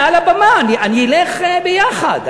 מעל הבמה: אני אלך ביחד,